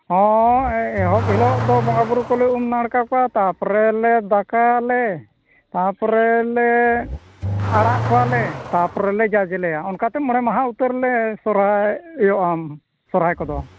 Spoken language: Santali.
ᱦᱮᱸ ᱮᱦᱚᱵ ᱦᱤᱞᱳᱜ ᱫᱚ ᱵᱚᱸᱜᱟᱼᱵᱩᱨᱩ ᱠᱚᱞᱮ ᱩᱢᱼᱱᱟᱲᱠᱟ ᱠᱚᱣᱟ ᱛᱟᱯᱚᱨᱮᱞᱮ ᱫᱟᱠᱟᱭᱟᱞᱮ ᱛᱟᱯᱚᱨᱮᱞᱮ ᱟᱲᱟᱜ ᱠᱚᱣᱟᱞᱮ ᱛᱟᱯᱚᱨᱮᱞᱮ ᱡᱟᱡᱽᱞᱮᱭᱟ ᱚᱱᱠᱟᱛᱮ ᱢᱚᱬᱮ ᱢᱟᱦᱟ ᱩᱛᱟᱹᱨᱞᱮ ᱥᱚᱦᱚᱨᱟᱭᱚᱜᱼᱟ ᱥᱚᱦᱚᱨᱟᱭ ᱠᱚᱫᱚ